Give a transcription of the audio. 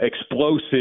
explosive